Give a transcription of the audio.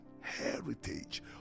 heritage